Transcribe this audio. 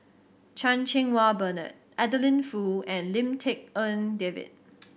Chan Cheng Wah Bernard Adeline Foo and Lim Tik En David